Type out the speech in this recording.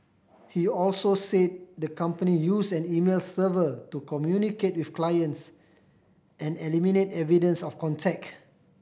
he also said the company used an email server to communicate with clients and eliminate evidence of contact